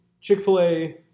Chick-fil-A